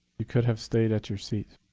you could have stayed at your seat.